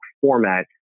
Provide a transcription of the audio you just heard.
format